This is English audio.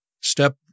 step